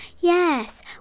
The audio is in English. Yes